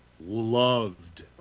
Loved